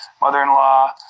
mother-in-law